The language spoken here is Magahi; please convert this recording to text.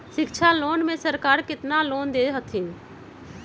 शिक्षा लोन में सरकार केतना लोन दे हथिन?